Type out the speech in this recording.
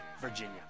Virginia